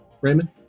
Raymond